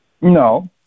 No